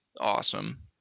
awesome